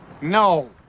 No